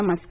नमस्कार